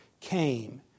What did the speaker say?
came